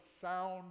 sound